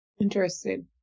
Interesting